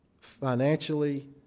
financially